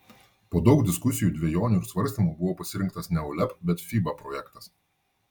po daug diskusijų dvejonių ir svarstymų buvo pasirinktas ne uleb bet fiba projektas